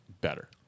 better